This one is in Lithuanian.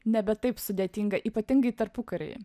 nebe taip sudėtinga ypatingai tarpukary